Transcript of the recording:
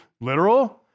literal